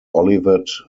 olivet